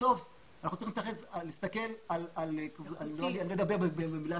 בסוף אנחנו צריכים להסתכל על - אני לא רוצה לדבר במונחי